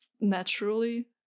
naturally